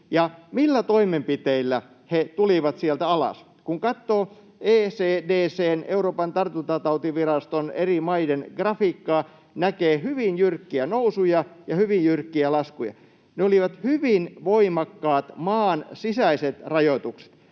millä toimenpiteillä ne tulivat sieltä alas? Kun katsoo ECDC:n, Euroopan tartuntatautiviraston, eri maiden grafiikkaa, näkee hyvin jyrkkiä nousuja ja hyvin jyrkkiä laskuja. Ne olivat hyvin voimakkaat maansisäiset rajoitukset.